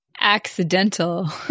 accidental